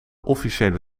officiële